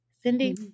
Cindy